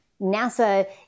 NASA